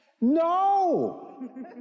No